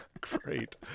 Great